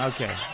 Okay